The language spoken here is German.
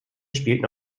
spielten